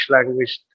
Language